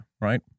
right